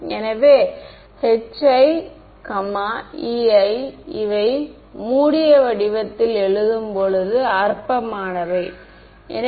அதனால் எடுத்துக்காட்டாக வரையறை என்ன